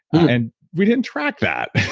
and we didn't track that.